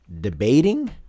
Debating